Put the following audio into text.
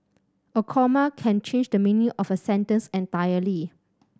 a comma can change the meaning of a sentence entirely